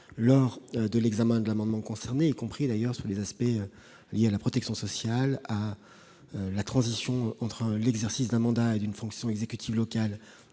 lors de l'examen de l'amendement concerné, y compris, d'ailleurs, pour ce qui touche à la protection sociale et à la transition entre l'exercice d'un mandat ou d'une fonction exécutive locale